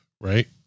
right